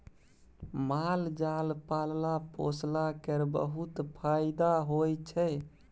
माल जाल पालला पोसला केर बहुत फाएदा होइ छै